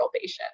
patient